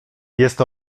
jest